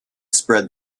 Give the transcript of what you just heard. spread